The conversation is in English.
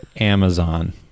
Amazon